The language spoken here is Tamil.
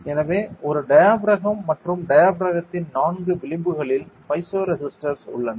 எனவே ஒரு டயாபிறகம் மற்றும் டயாபிறகத்தின் நான்கு விளிம்புகளில் பைசோ ரெசிஸ்டர்ஸ் உள்ளன